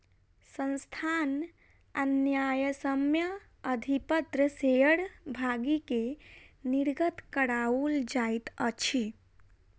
संस्थान न्यायसम्य अधिपत्र शेयर भागी के निर्गत कराओल जाइत अछि